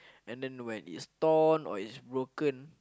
and then when it's torn or when it's broken